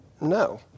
No